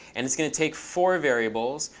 and it's going to take four variables,